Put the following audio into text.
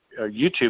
YouTube